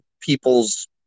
people's